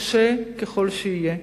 קשה ככל שיהיה.